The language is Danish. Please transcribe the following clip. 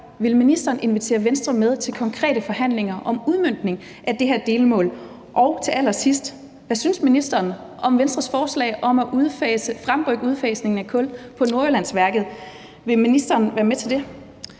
Vil ministeren invitere Venstre med til konkrete forhandlinger om udmøntning af det her delmål? Og til allersidst: Hvad synes ministeren om Venstres forslag om at fremrykke udfasningen af kul på Nordjyllandsværket – vil ministeren være med til det?